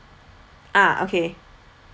ah okay